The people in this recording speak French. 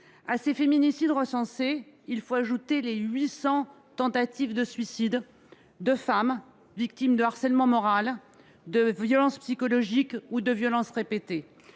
À ces féminicides recensés, il faut en effet ajouter les 800 tentatives de suicide annuelles de femmes victimes de harcèlement moral, de violences psychologiques ou de violences répétées.